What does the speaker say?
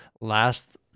last—